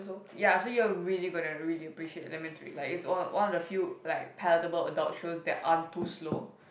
ya so you're really gonna really appreciate elementary like it's one one of the few like palatable adult shows that aren't too slow